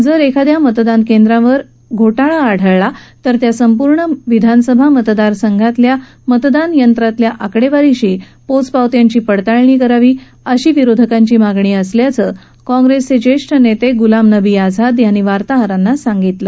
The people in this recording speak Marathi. जर एखाद्या मतदानकेंद्रावर घोटाळा आढळला तर त्या संपूर्ण विधानसभा मतदार संघातल्या मतदान यंत्रातल्या आकडेवारीशी पोचपावत्यांची पडताळणी करावी अशी विरोधकांची मागणी असल्याचं काँप्रेसचे ज्येष्ठ नेते गुलाम नबी आझाद यांनी वार्ताहरांना सांगितलं